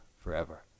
forever